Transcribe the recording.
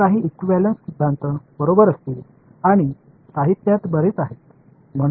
எனவே இந்த இகுவெளன்ட் கொள்கைகளை நாம் உருவாக்குவோம் இது சிக்கலை சரி செய்ய எளிதானது